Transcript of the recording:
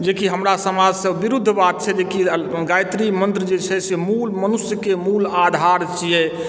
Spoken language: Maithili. जेकि हमरा समाजसँ विरुद्ध बात छै जे कि गायत्री मन्त्र जे छै से मूल मनुष्यके मूल आधार छियै